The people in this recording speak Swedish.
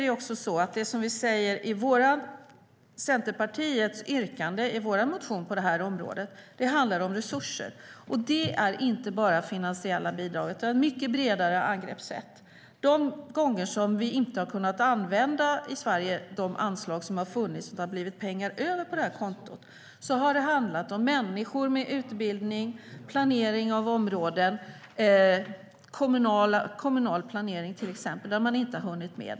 Det är också så att det som vi säger i Centerpartiets yrkande, i vår motion, på det här området handlar om resurser. Och det är inte bara finansiella bidrag, utan det är ett mycket bredare angreppssätt. De gånger som vi i Sverige inte har kunnat använda de anslag som har funnits, utan det har blivit pengar över på det här kontot, har det handlat om människor med utbildning, planering av områden och kommunal planering, till exempel. Det har man inte hunnit med.